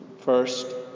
First